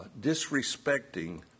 disrespecting